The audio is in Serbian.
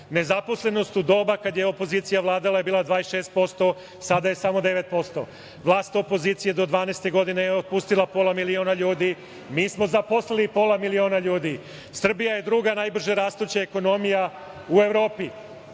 Nezaposlenost u doba kada je opozicija vladala bila je 26%, sada je samo 9%. Vlast opozicije do 2012. godine je otpustila pola miliona ljudi. Mi smo zaposlili pola miliona ljudi. Srbija je druga najbrža rastuća ekonomija u Evropi,